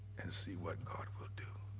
and see what god will do.